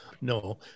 No